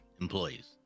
employees